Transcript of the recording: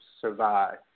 survive